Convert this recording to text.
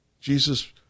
Jesus